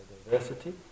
Diversity